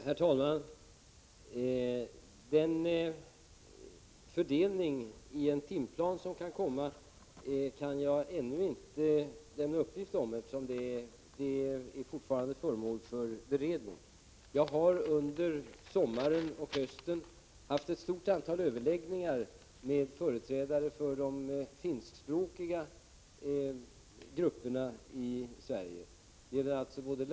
Herr talman! Fördelningen i en timplan som kan komma kan jag ännu inte lämna uppgift om, eftersom den frågan fortfarande är föremål för beredning. Jag har under sommaren och hösten haft ett stort antal överläggningar med företrädare för de finskspråkiga grupperna i Sverige.